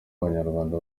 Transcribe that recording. abanyarwanda